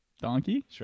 Donkey